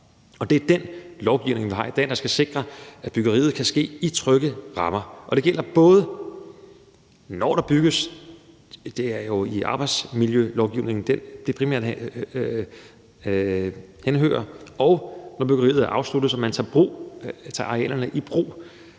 Det er den lovgivning, vi har i dag, der skal sikre, at byggeriet kan ske i trygge rammer. Det gælder både, når der bygges – det er jo i arbejdsmiljølovgivningen, det primært henhører – og når byggeriet er afsluttet og man tager arealerne i brug.